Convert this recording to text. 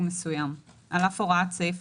היא עברה על הצעת